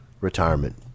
retirement